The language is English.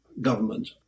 government